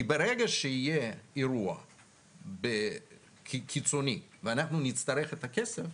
כי ברגע שיהיה אירוע קיצוני ואנחנו נצטרך את הכסף,